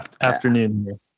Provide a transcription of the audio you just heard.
Afternoon